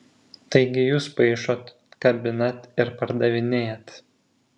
taigi jūs paišot kabinat ir pardavinėjat